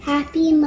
Happy